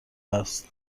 است